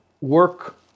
work